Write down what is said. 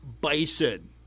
bison